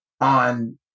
on